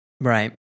right